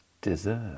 deserve